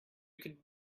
could